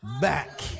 back